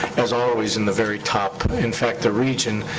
as always, in the very top. in fact, the region,